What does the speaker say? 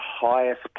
highest